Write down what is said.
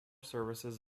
services